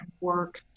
work